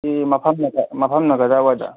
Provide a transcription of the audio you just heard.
ꯁꯤ ꯃꯐꯝꯅ ꯀꯗꯥꯏꯋꯥꯏꯗ